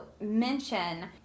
mention